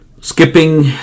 skipping